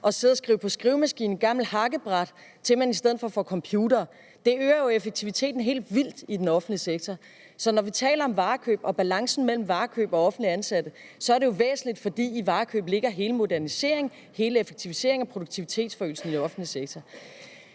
at sidde og skrive på skrivemaskine, på et gammelt hakkebræt, til i stedet for at bruge en computer. Det øger jo effektiviteten i den offentlige sektor helt vildt. Så når vi taler om varekøb og om balancen mellem varekøb og antal offentligt ansatte, er det jo væsentligt, fordi der i varekøb ligger hele moderniseringen, effektiviseringen og produktivitetsforøgelsen i den offentlige sektor.